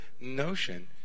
notion